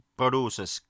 produces